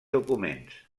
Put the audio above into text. documents